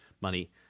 money